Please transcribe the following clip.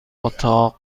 اتاق